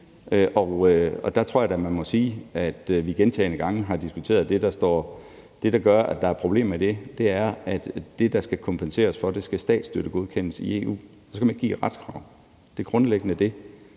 Der tror jeg da at man må sige, at vi gentagne gange har diskuteret det. Det, der gør, at der er et problem med det, er, at det, der skal kompenseres for, skal statsstøttegodkendes i EU, og så kan man ikke give et retskrav. Det er grundlæggende det.